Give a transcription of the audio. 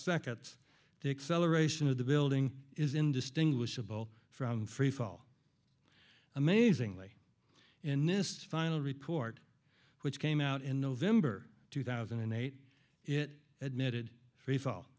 seconds the acceleration of the building is indistinguishable from freefall amazingly in this final report which came out in november two thousand and eight it admitted freefall